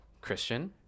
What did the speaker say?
Christian